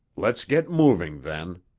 let's get moving, then,